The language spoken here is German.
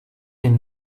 den